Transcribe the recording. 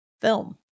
film